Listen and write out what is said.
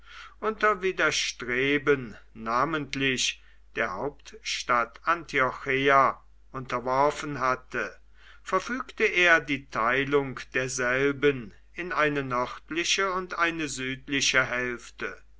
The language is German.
unter widerstreben namentlich der hauptstadt antiocheia unterworfen hatte verfügte er die teilung derselben in eine nördliche und eine südliche hälfte